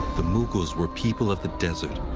the mughals were people of the desert,